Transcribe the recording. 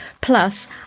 Plus